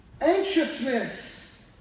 anxiousness